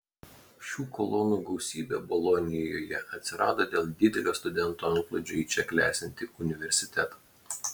šių kolonų gausybė bolonijoje atsirado dėl didelio studentų antplūdžio į čia klestinti universitetą